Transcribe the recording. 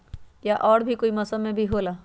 या और भी कोई मौसम मे भी होला?